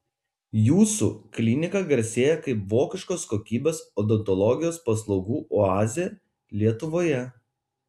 jūsų klinika garsėja kaip vokiškos kokybės odontologijos paslaugų oazė lietuvoje